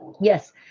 Yes